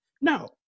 No